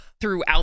throughout